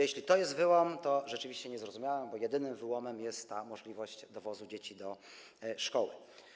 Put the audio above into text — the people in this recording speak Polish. Jeśli to jest wyłom, to rzeczywiście nie zrozumiałem, bo jedynym wyłomem jest możliwość dowozu dzieci do szkoły.